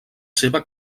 seva